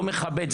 לא מכבד.